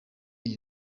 iyi